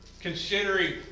considering